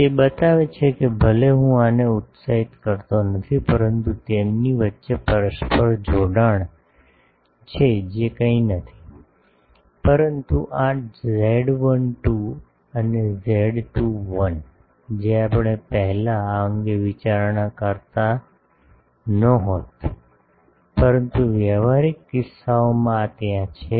તે બતાવે છે કે ભલે હું આને ઉત્સાહિત કરતો નથી પરંતુ તેમની વચ્ચે પરસ્પર જોડાણ જે કંઈ નથી પરંતુ આ Z12 અને Z21 જો આપણે પહેલાં આ અંગે વિચારણા કરતા ન હોત પરંતુ વ્યવહારિક કિસ્સાઓમાં આ ત્યાં છે